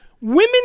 women